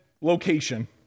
location